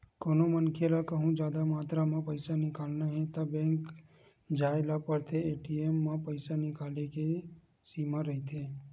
कोनो मनखे ल कहूँ जादा मातरा म पइसा निकालना हे त बेंक जाए ल परथे, ए.टी.एम म पइसा निकाले के सीमा रहिथे